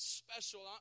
special